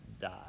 die